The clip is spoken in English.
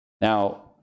Now